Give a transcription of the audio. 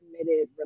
committed